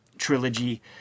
trilogy